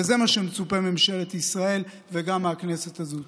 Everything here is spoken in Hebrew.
וזה מה שמצופה מממשלת ישראל וגם מהכנסת הזאת.